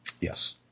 Yes